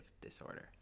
disorder